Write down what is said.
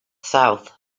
south